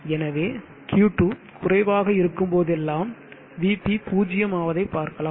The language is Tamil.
எனவே Q2 குறைவாக இருக்கும்போதெல்லாம் Vp பூஜ்ஜியம் ஆவதை பார்க்கலாம்